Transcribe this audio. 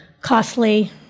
costly